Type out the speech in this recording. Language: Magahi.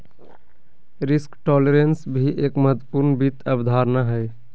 रिस्क टॉलरेंस भी एक महत्वपूर्ण वित्त अवधारणा हय